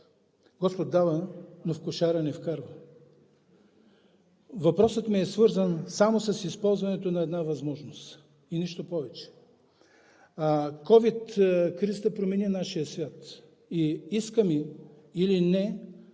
„Господ дава, но в кошара не вкарва.“ Въпросът ми е свързан само с използването на една възможност и нищо повече. COVID кризата промени нашия свят и искаме или не,